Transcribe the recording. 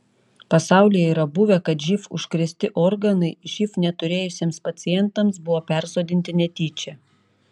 pasaulyje yra buvę kad živ užkrėsti organai živ neturėjusiems pacientams buvo persodinti netyčia